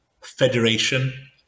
federation